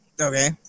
Okay